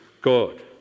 God